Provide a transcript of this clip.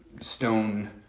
stone